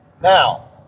Now